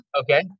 Okay